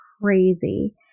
crazy